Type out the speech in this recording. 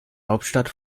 hauptstadt